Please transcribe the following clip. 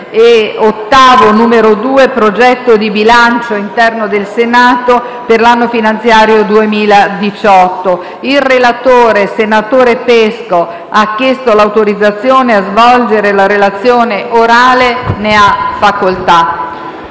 2017) e 2 (Progetto di bilancio interno del Senato per l'anno finanziario 2018). Il relatore, senatore Pesco, ha chiesto l'autorizzazione a svolgere la relazione orale. Non facendosi